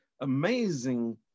amazing